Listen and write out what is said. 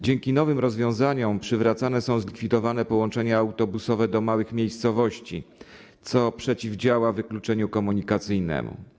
Dzięki nowym rozwiązaniom przywracane są zlikwidowane połączenia autobusowe do małych miejscowości, co przeciwdziała wykluczeniu komunikacyjnemu.